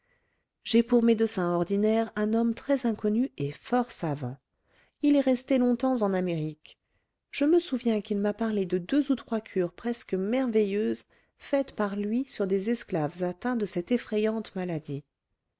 j'ai pour médecin ordinaire un homme très inconnu et fort savant il est resté longtemps en amérique je me souviens qu'il m'a parlé de deux ou trois cures presque merveilleuses faites par lui sur des esclaves atteints de cette effrayante maladie